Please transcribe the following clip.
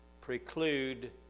preclude